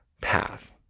path